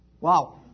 Wow